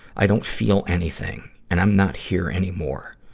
i don't feel anything, and i'm not here anymore.